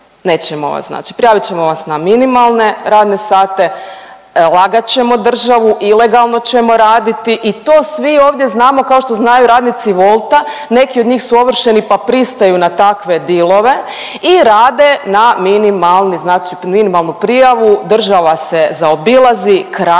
prijavit ćemo vas na minimalne radne sate, lagat ćemo državu, ilegalno ćemo raditi i to svi ovdje znamo kao što znaju radnici Wolta. Neki od njih su ovršeni pa pristaju na takve dilove i rade na minimalni znači na minimalnu prijavu, država se zaobilazi, rade